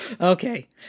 Okay